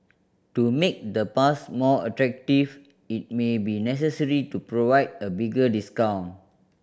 to make the pass more attractive it may be necessary to provide a bigger discount